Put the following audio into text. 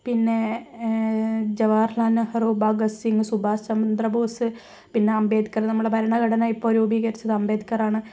പിന്നെ ജവഹർലാൽ നെഹ്റു ഭഗത് സിങ് സുബാഷ് ചന്ദ്ര ബോസ് പിന്നെ അംബേദ്ക്കർ നമ്മുടെ ഭരണഘടന ഇപ്പം രൂപീകരിച്ചത് അംബേദ്ക്കറാണ്